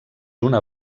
una